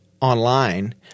Online